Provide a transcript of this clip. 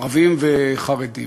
ערבים וחרדים.